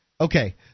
Okay